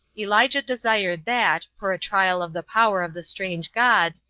elijah desired that, for a trial of the power of the strange gods,